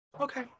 Okay